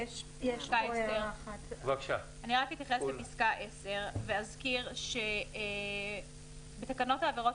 רק אתייחס לפסקה 10 ואזכיר שבתקנות העבירות